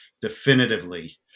Definitively